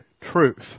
truth